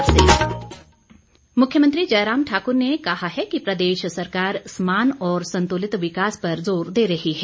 जयराम मुख्यमंत्री जयराम ठाकुर ने कहा है कि प्रदेश सरकार समान और संतुलित विकास पर ज़ोर दे रही है